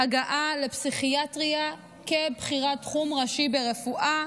הגעה לפסיכיאטריה כבחירת תחום ראשי ברפואה.